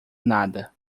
nada